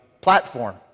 platform